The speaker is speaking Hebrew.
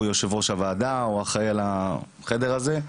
הוא יושב ראש הוועדה, הוא אחראי על החדר הזה,